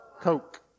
Coke